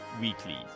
weekly